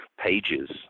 pages